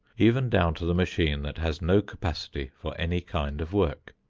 even down to the machine that has no capacity for any kind of work.